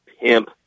pimp